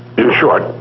in short,